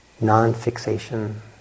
non-fixation